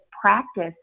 practice